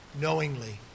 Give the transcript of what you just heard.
knowingly